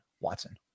Watson